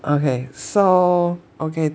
okay so okay